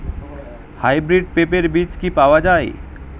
Hybrid পেঁপের বীজ কি পাওয়া যায়?